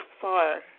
far